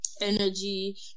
Energy